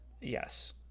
Yes